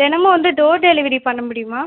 தினமும் வந்து door delivery பண்ண முடியுமா